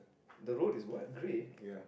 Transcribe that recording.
the road is what grey